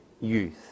youth